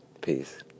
Peace